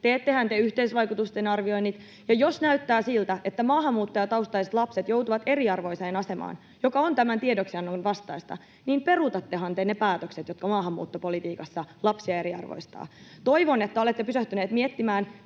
Teettehän te yhteisvaikutusten arvioinnit? Ja jos näyttää siltä, että maahanmuuttajataustaiset lapset joutuvat eriarvoiseen asemaan, mikä on tämän tiedoksiannon vastaista, niin peruutattehan te ne päätökset, jotka maahanmuuttopolitiikassa lapsia eriarvoistavat? Toivon, että olette pysähtyneet miettimään,